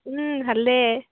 ভালে